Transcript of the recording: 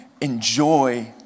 enjoy